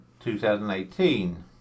2018